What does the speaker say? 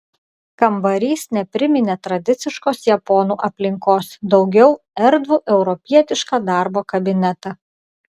kambarys nepriminė tradiciškos japonų aplinkos daugiau erdvų europietišką darbo kabinetą